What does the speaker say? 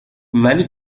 ولی